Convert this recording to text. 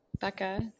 Becca